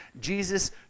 Jesus